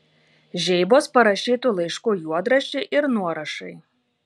žeibos parašytų laiškų juodraščiai ir nuorašai